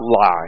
lie